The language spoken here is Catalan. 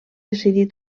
decidir